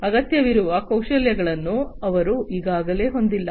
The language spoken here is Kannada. ಅಗತ್ಯವಿರುವ ಕೌಶಲ್ಯಗಳನ್ನು ಅವರು ಈಗಾಗಲೇ ಹೊಂದಿಲ್ಲ